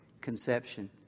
conception